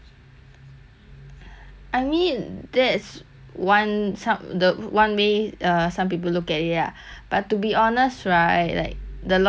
I mean that's one ch~ the one way uh some people look at it ah but to be honest right like the logistic industry right